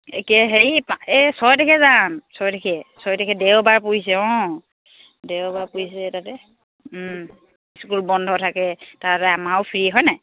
কে হেৰি এই ছয় তাৰিখে যাম ছয় তাৰিখে ছয় তাৰিখে দেওবাৰ পৰিছে অঁ দেওবাৰ পৰিছে তাতে স্কুল বন্ধ থাকে তাৰপাছতে আমাৰো ফ্ৰী হয়নে